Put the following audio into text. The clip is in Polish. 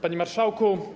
Panie Marszałku!